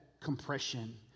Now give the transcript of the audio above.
compression